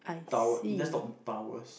tower that's not towers